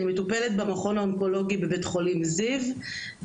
אני מטופלת במכון האונקולוגי בבית חולים זיו,